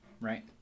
Right